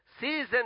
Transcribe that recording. season